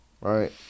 right